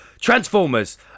Transformers